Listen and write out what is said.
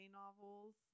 novels